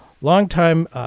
Longtime